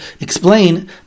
explain